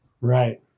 Right